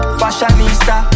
fashionista